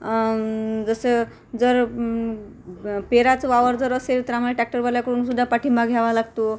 जसं जर पेराचं वावर जर असेल तर आम्हाला ट्रॅक्टरवाल्याकडून सुद्धा पाठिंबा घ्यावा लागतो